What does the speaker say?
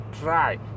try